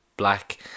black